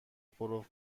پرو